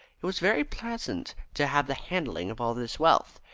it was very pleasant to have the handling of all this wealth,